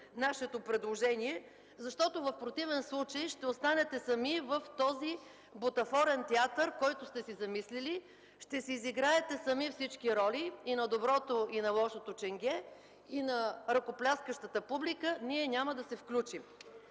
нашето предложение, защото в противен случай ще останете сами в този бутафорен театър, който сте си замислили. Ще си изиграете сами всички роли – и на доброто, и на лошото ченге, и на ръкопляскащата публика, ние няма да се включим.